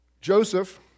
Joseph